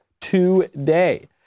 today